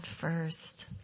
first